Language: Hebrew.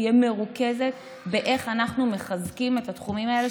תהיה מרוכזת באיך אנחנו מחזקים את התחומים האלה,